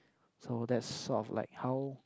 so that sort of like how